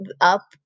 up